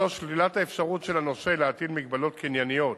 3. שלילת האפשרות של הנושה להטיל מגבלות קנייניות